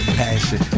passion